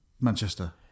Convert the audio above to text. Manchester